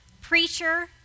preacher